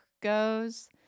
goes